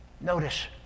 Notice